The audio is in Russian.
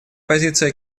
позиция